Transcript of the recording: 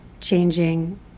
changing